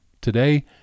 Today